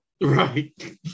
Right